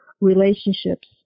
relationships